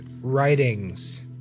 writings